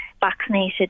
vaccinated